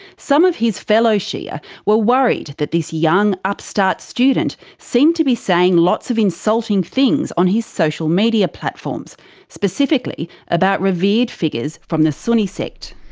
some of his fellow shia were worried that this young, upstart student seemed to be saying lots of insulting things on his social media platforms specifically about revered figures from the sunni sect.